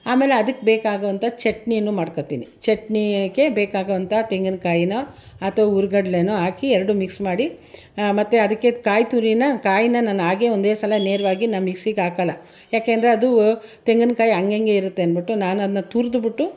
ಆಮೇಲೆ ಅದಕ್ಕೆ ಬೇಕಾಗುವಂಥ ಚಟ್ನಿಯೂ ಮಾಡ್ಕೊಡ್ಕೊಳ್ತೀನಿ ಚಟ್ನಿಗೆ ಬೇಕಾಗುವಂಥ ತೆಂಗಿನಕಾಯಿನೋ ಅಥವಾ ಹುರ್ಗಡ್ಲೆಯೋ ಹಾಕಿ ಎರಡು ಮಿಕ್ಸ್ ಮಾಡಿ ಮತ್ತೆ ಅದಕ್ಕೆ ಕಾಯಿ ತುರಿನ ಕಾಯನ್ನ ನಾನು ಹಾಗೆ ಒಂದೇ ಸಲ ನೇರವಾಗಿ ನಾನು ಮಿಕ್ಸಿಗೆ ಹಾಕಲ್ಲ ಯಾಕೆ ಅಂದರೆ ಅದು ತೆಂಗನಕಾಯಿ ಹಂಗಂಗೆ ಇರುತ್ತೆ ಅಂದ್ಬಿಟ್ಟು ನಾನು ಅದನ್ನ ತುರಿದು ಬಿಟ್ಟು